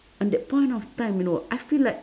on that point of time you know I feel like